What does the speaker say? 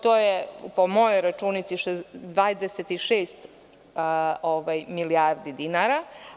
To je po mojoj računici 26 milijardi dinara.